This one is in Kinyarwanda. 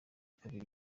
kabiri